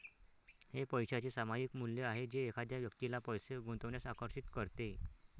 हे पैशाचे सामायिक मूल्य आहे जे एखाद्या व्यक्तीला पैसे गुंतवण्यास आकर्षित करते